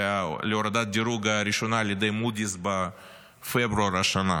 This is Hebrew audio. הורדת הדירוג הראשונה על ידי מודי'ס בפברואר השנה.